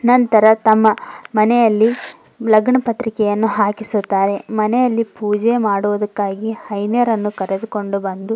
ನಂತರ ತಮ್ಮ ಮನೆಯಲ್ಲಿ ಲಗ್ನಪತ್ರಿಕೆಯನ್ನು ಹಾಕಿಸುತ್ತಾರೆ ಮನೆಯಲ್ಲಿ ಪೂಜೆ ಮಾಡುವುದಕ್ಕಾಗಿ ಐನ್ಯರನ್ನು ಕರೆದುಕೊಂಡು ಬಂದು